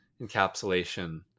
encapsulation